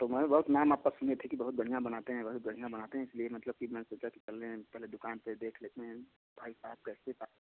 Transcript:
हाँ तो बहुत बहुत नाम आपका सुने थे कि बहुत बढ़ियाँ बनाते बहुत बढ़ियाँ बनाते हैं इसलिए मतलब मैंने सोचा कि चलें पहले दुकान पर देख लेते हैं भाई साहब कैसे का